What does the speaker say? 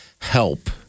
help